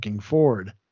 Ford